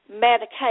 medication